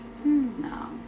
No